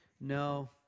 No